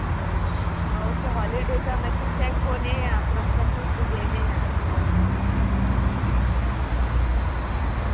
आं ओके हॉलिडेजा मातशें चेक कोणा प्रोस्पॅक्टीस बी जेन्ना या ओके ओके ओके ओके